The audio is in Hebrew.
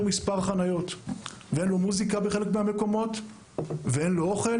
מספר חניות ואין לו מוזיקה בחלק מן המקומות ואין לו אוכל.